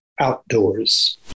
outdoors